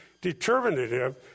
determinative